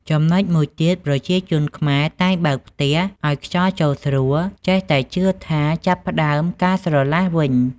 ចំណុចមួយទៀតប្រជាជនខ្មែរតែងបើកផ្ទះ ឲ្យខ្យល់ចូលស្រួល ចេះតែជឿថាចាប់ផ្ដើមការស្រឡះវិញ។